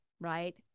right